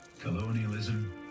colonialism